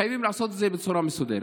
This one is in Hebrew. חייבים לעשות את זה בצורה מסודרת.